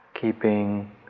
keeping